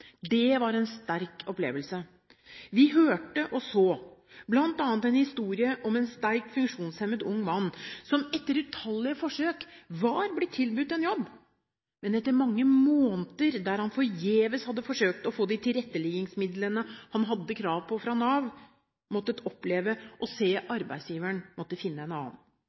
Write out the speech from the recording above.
Det var en sterk opplevelse. Vi hørte og så bl.a. en historie om en sterkt funksjonshemmet ung mann som etter utallige forsøk var blitt tilbudt en jobb, men etter mange måneder der han forgjeves hadde forsøkt å få de tilretteleggingsmidlene han hadde krav på fra Nav, måtte oppleve å se at arbeidsgiveren måtte finne en annen.